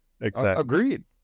Agreed